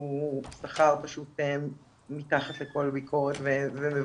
שהוא מתחת לכל ביקורת.